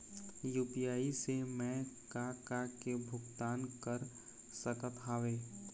UPI से मैं का का के भुगतान कर सकत हावे?